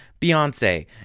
Beyonce